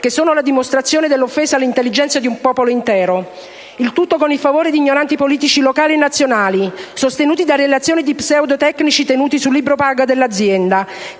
che sono la dimostrazione dell'offesa all'intelligenza di un popolo intero. Il tutto con il favore di ignoranti politici locali e nazionali, sostenuti da relazioni di pseudotecnici tenuti sul libro paga dell'azienda